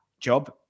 job